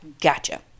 Gotcha